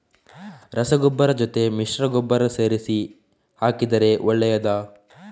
ರಸಗೊಬ್ಬರದ ಜೊತೆ ಮಿಶ್ರ ಗೊಬ್ಬರ ಸೇರಿಸಿ ಹಾಕಿದರೆ ಒಳ್ಳೆಯದಾ?